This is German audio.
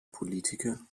politiker